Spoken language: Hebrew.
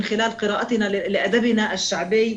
באמצעות קריאת הספרות העממית שלנו,